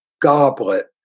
goblet